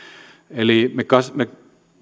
eli me